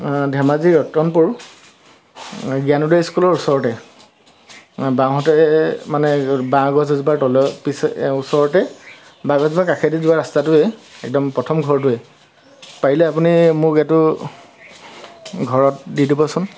ধেমাজি ৰতনপুৰ জ্ঞানোদয় স্কুলৰ ওচৰতে বাওহাতে মানে বাঁহ গছ এজোপাৰ তলৰ পিছে ওচৰতে বাঁহ গছজোপাৰ কাষেদি যোৱা ৰাস্তাটোৱে একদম প্ৰথম ঘৰটোৱেই পাৰিলে আপুনি মোক এইটো ঘৰত দি দিবচোন